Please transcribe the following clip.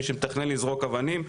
מי שמתכנן לזרוק אבנים,